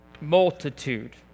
Multitude